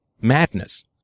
madness